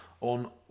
on